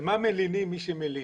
על מה מלינים מי שמלין.